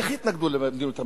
איך יתנגדו למדיניות הממשלה?